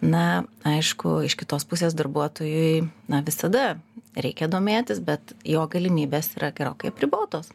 na aišku iš kitos pusės darbuotojui na visada reikia domėtis bet jo galimybės yra gerokai apribotos